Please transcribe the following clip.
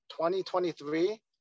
2023